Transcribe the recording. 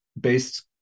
based